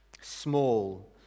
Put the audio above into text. small